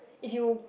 if you